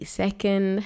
second